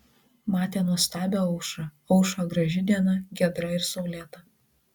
matė nuostabią aušrą aušo graži diena giedra ir saulėta